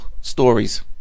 stories